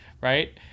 right